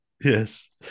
yes